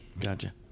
Gotcha